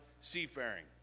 seafaring